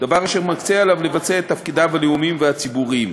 דבר אשר מקשה עליו לבצע את תפקידיו הלאומיים והציבוריים,